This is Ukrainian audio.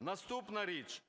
Наступна річ.